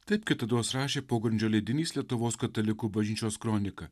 taip kitados rašė pogrindžio leidinys lietuvos katalikų bažnyčios kronika